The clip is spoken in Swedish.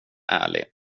ärlig